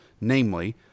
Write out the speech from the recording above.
namely –